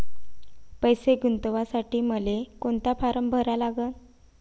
पैसे गुंतवासाठी मले कोंता फारम भरा लागन?